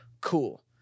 Cool